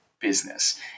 business